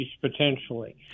potentially